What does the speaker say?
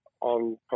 on